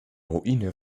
ruine